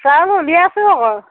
চাউল উলিয়াইছোঁ আকৌ